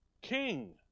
King